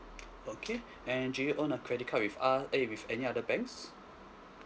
okay and do you own a credit card with us eh with any other banks